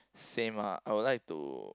same ah I would like to